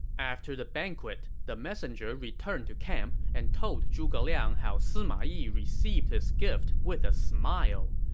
after the banquet, the messenger returned to camp and told zhuge liang how sima yi received his gift with a smile.